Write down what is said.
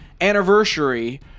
anniversary